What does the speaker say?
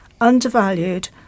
undervalued